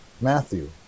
Matthew